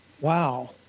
wow